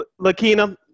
Lakina